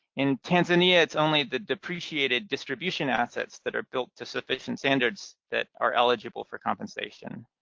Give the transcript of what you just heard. in tanzania, it's only the depreciated distribution assets that are built to sufficient standards that are eligible for compensation.